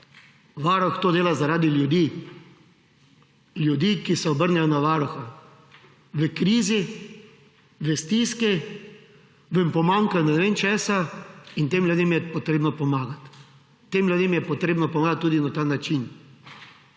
varuh to dela zaradi ljudi, ljudi, ki se obrnejo na varuha v krizi, v stiski, v pomanjkanju ne vem česa, in tem ljudem je potrebno pomagati. Tem ljudem je potrebno pomagati tudi na ta način,